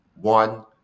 one